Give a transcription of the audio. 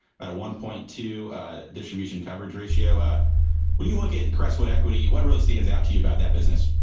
about a one point two x distribution coverage ratio. ah when you look at crestwood equity, what really stands out to you about that business?